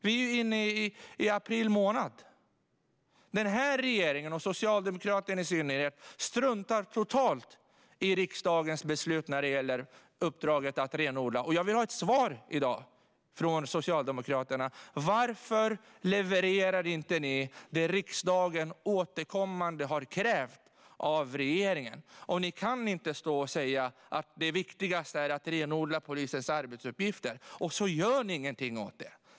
Vi är inne april månad. Regeringen och Socialdemokraterna i synnerhet struntar totalt i riksdagens beslut när det gäller uppdraget att renodla. Jag vill ha ett svar i dag från Socialdemokraterna. Varför levererar inte ni det riksdagen återkommande har krävt av regeringen? Ni kan inte stå och säga att det viktigaste är renodla polisens arbetsuppgifter, och så gör ni ingenting åt det.